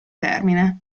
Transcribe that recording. termine